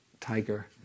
tiger